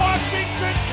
Washington